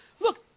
Look